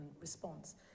response